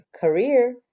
career